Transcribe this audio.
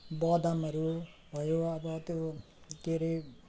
बदमहरू भयो अब त्यो के अरे